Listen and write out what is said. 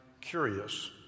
curious